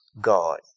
God